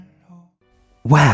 Wow